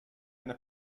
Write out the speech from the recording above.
eine